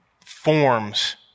forms